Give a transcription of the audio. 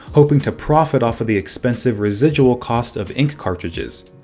hoping to profit off of the expensive residual cost of ink cartridges.